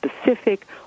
specific